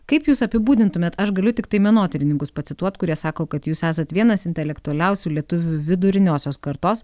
kaip jūs apibūdintumėt aš galiu tiktai menotyrininkus pacituot kurie sako kad jūs esat vienas intelektualiausių lietuvių viduriniosios kartos